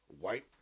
White